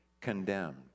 condemned